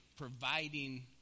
providing